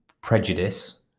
prejudice